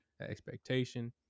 expectation